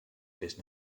fes